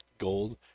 gold